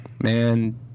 man